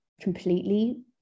completely